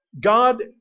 God